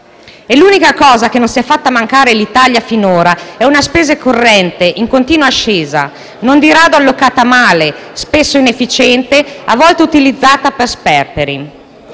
L'unica cosa che non si è fatta mancare l'Italia finora è una spesa corrente in continua ascesa, non di rado allocata male, spesso inefficiente, a volte utilizzata per sperperi.